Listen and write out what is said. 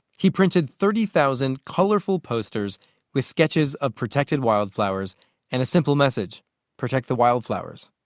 he printed thirty thousand colorful posters with sketches of protected wildflowers and a simple message protect the wildflowers.